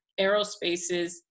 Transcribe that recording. Aerospaces